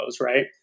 right